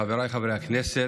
חבריי חברי הכנסת,